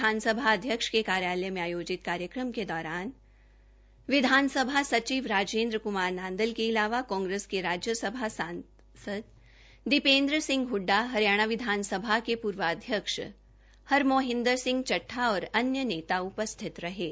विधानसभा अध्यक्ष के कार्यालय में आयोजित कार्यक्रम के दौरान विधानसभा सचिव राजेंद्र क्मार नांदल के अलावा कांग्रेस के राज्यसभा सांसद दीपेंद्र सिंह हड्डा हरियाणा विधानसभा के पूर्व अध्यक्ष हर मोहिंदर सिंह चड्डा और अन्य नेता उपस्थित थे